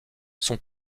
son